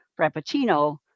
Frappuccino